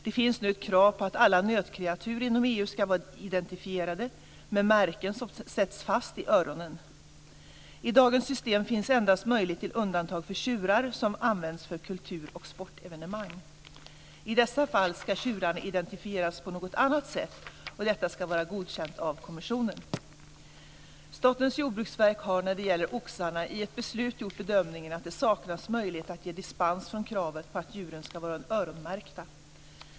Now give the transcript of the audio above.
Det finns nu ett krav på att alla nötkreatur inom EU ska vara identifierade med märken som sätts fast i öronen. I dagens system finns endast möjlighet till undantag för tjurar som används för kultur och sportevenemang. I dessa fall ska tjurarna identifieras på något annat sätt, och detta ska vara godkänt av kommissionen. Statens jordbruksverk har när det gäller oxarna i ett beslut gjort bedömningen att det saknas möjlighet att ge dispens från kravet på att djuren ska vara öronmärkta.